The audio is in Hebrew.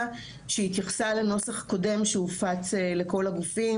שהתייחסה לנוסח קודם שהופץ לכל הגופים,